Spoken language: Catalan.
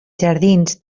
jardins